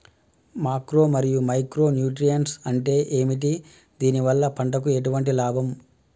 Macro మరియు micro nutrients అంటే ఏమిటి? దీనివల్ల పంటకు ఎటువంటి లాభం?